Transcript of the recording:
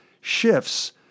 shifts